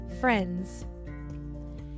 Friends